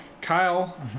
Kyle